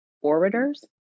orators